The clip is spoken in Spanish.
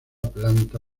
planta